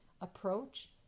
approach